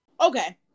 Okay